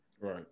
Right